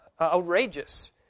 outrageous